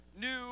new